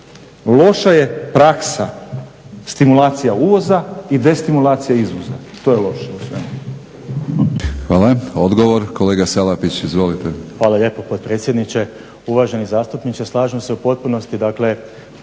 Loša je praksa stimulacija uvoza i destimulacija izvoza. To je loše u svemu.